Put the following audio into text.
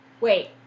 Wait